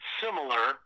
similar